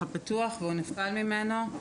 והוא נפל ממנו.